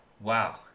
wow